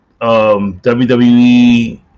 wwe